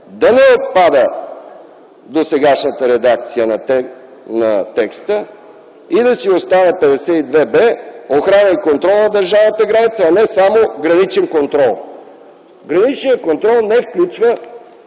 да не отпада досегашната редакция на текста и да си остане 52б – „охрана и контрол на държавната граница”, а не само „граничен контрол”. Граничният контрол не включва